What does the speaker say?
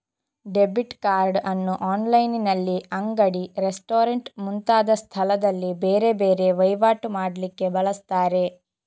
debit card ಅನ್ನು ಆನ್ಲೈನಿನಲ್ಲಿ, ಅಂಗಡಿ, ರೆಸ್ಟೋರೆಂಟ್ ಮುಂತಾದ ಸ್ಥಳದಲ್ಲಿ ಬೇರೆ ಬೇರೆ ವೈವಾಟು ಮಾಡ್ಲಿಕ್ಕೆ ಬಳಸ್ತಾರೆ